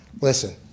listen